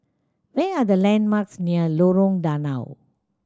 where are the landmarks near Lorong Danau